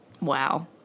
Wow